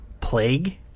plague